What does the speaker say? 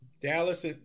Dallas